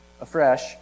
afresh